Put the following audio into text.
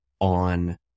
on